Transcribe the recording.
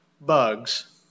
bugs